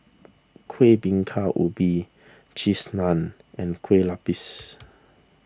Kuih Bingka Ubi Cheese Naan and Kue Lupis